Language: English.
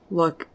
look